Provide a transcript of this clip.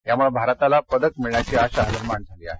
यामुळं भारताला पदकं मिळण्याची आशा निर्माण झाली आहे